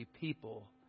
people